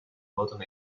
button